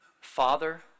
Father